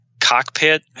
cockpit